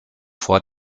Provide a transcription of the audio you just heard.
vor